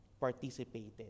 participated